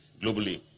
globally